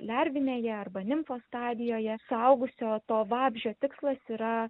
lervinėje arba nimfos stadijoje suaugusio to vabzdžio tikslas yra